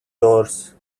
doors